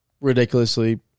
ridiculously